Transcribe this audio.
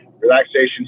relaxation